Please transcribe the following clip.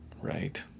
Right